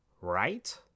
Right